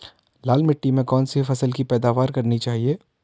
लाल मिट्टी में कौन सी फसल की पैदावार करनी चाहिए?